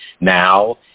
Now